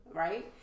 right